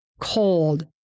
cold